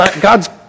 God's